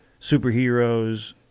superheroes